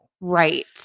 right